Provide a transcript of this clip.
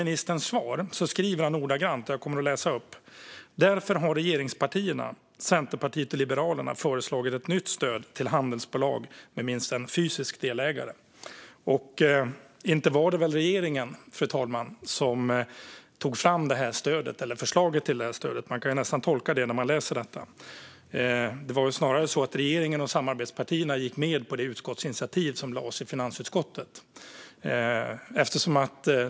Ministern skriver i sitt svar: "Därför har regeringspartierna, Centerpartiet och Liberalerna föreslagit ett nytt stöd till handelsbolag med minst en fysisk delägare." Fru talman! Inte var det väl regeringen som tog fram förslaget till detta stöd? Man kan nästa tolka det så när man läser detta. Det var snarare så att regeringen och samarbetspartierna gick med på det utskottsinitiativ som lades fram i finansutskottet.